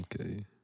okay